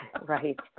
right